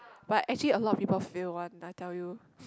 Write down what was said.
but actually a lot of people fail one I tell you